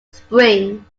spring